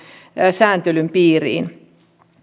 sääntelyn piiriin